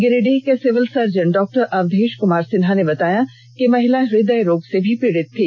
गिरिडीह के civil surgeon डॉ अवधेश कुमार सिन्हा ने बताया कि महिला हृदय रोग से पीड़ित थी